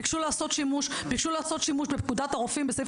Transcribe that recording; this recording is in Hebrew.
ביקשו לעשות שימוש בפקודת הרוקחים בסעיף